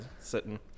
sitting